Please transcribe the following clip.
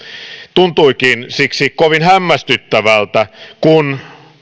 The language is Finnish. tuntuikin siksi kovin hämmästyttävältä kun